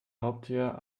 raubtier